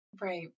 Right